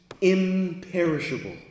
imperishable